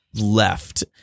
left